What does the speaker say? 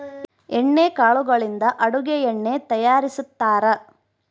ಎಣ್ಣೆ ಕಾಳುಗಳಿಂದ ಅಡುಗೆ ಎಣ್ಣೆ ತಯಾರಿಸ್ತಾರಾ